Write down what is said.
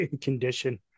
condition